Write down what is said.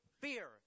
fear